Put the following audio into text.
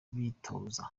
bifotoza